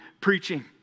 preaching